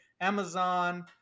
amazon